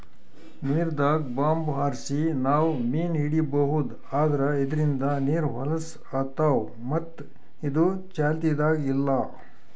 ನೀರ್ದಾಗ್ bomb ಹಾರ್ಸಿ ನಾವ್ ಮೀನ್ ಹಿಡೀಬಹುದ್ ಆದ್ರ ಇದ್ರಿಂದ್ ನೀರ್ ಹೊಲಸ್ ಆತವ್ ಮತ್ತ್ ಇದು ಚಾಲ್ತಿದಾಗ್ ಇಲ್ಲಾ